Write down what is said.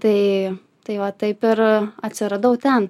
tai tai va taip ir atsiradau ten